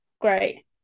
great